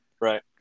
Right